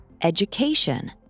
education